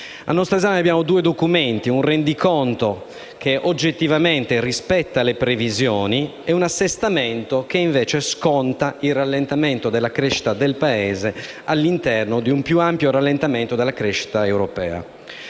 Al nostro esame abbiamo due documenti: un Rendiconto che oggettivamente rispetta le previsioni e un Assestamento che, invece, sconta il rallentamento della crescita del Paese all'interno di un più ampio rallentamento della crescita europea.